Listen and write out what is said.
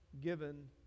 given